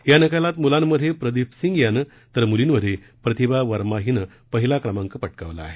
या निकालात मुलांमधे प्रदीप सिंग यानं तर मुलींमधे प्रतिभा वर्मा हीनं पहिला क्रमांक पटकावला आहे